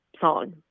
song